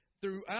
Throughout